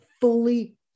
fully